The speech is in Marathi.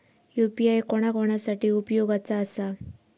यू.पी.आय कोणा कोणा साठी उपयोगाचा आसा?